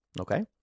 Okay